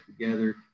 together